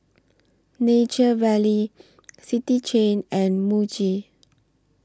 Nature Valley City Chain and Muji